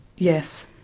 yes.